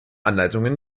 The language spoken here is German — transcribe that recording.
anleitungen